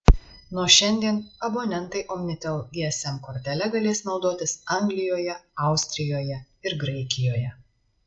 nuo šiandien abonentai omnitel gsm kortele galės naudotis anglijoje austrijoje ir graikijoje